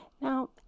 Now